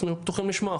אנחנו פתוחים לשמוע,